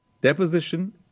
Deposition